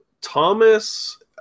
Thomas